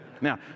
Now